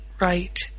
right